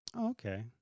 Okay